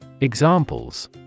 Examples